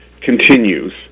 continues